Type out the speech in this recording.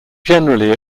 generally